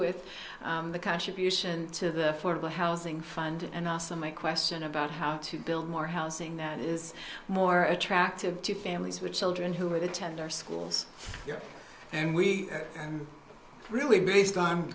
with the contribution to the for the housing fund and also my question about how to build more housing that is more attractive to families with children who attend our schools and we really based on